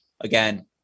again